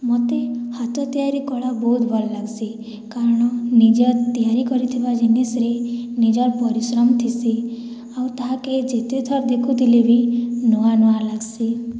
ମୋତେ ହାତ ତିଆରି କଳା ବହୁତ ଭଲ ଲାଗସି କାରଣ ନିଜେ ତିଆରି କରିଥିବା ଜିନିଷିରେ ନିଜର ପରିଶ୍ରମ ଥିସି ଆଉ ତାହେକେ ଯେତେଥର ଦେଖୁଥିଲେ ବି ନୂଆ ନୂଆ ଲାଗସି